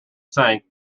sank